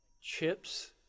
chips